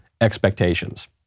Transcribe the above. expectations